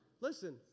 listen